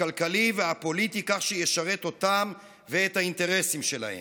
הכלכלי והפוליטי כך שישרת אותם ואת האינטרסים שלהם.